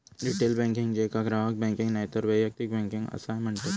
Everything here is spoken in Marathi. रिटेल बँकिंग, जेका ग्राहक बँकिंग नायतर वैयक्तिक बँकिंग असाय म्हणतत